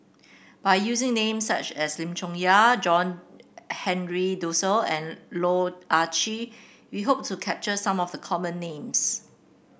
by using names such as Lim Chong Yah John Henry Duclos and Loh Ah Chee we hope to capture some of the common names